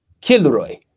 Kilroy